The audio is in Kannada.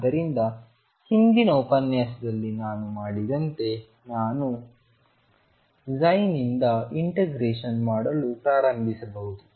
ಆದ್ದರಿಂದ ಹಿಂದಿನ ಉಪನ್ಯಾಸದಲ್ಲಿ ನಾನು ಮಾಡಿದಂತೆ ನಾನು ψ ನಿಂದ ಇಂಟಿಗ್ರೇಷನ್ ಮಾಡಲು ಪ್ರಾರಂಭಿಸಬಹುದು